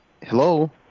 hello